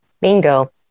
Bingo